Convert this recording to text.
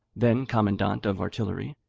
then commandant of artillery,